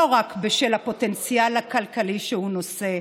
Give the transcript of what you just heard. לא רק בשל הפוטנציאל הכלכלי שהוא נושא,